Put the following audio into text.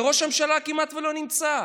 וראש ממשלה כמעט לא נמצא.